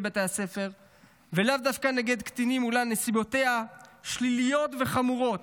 בתי הספר ולאו דווקא נגד קטינים אולם נסיבותיה שליליות וחמורות,